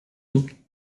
nous